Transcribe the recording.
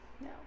No